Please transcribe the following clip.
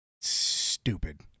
stupid